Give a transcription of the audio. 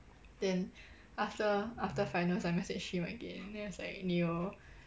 then after after finals I message him again then it was like 你有